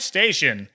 Station